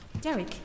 Derek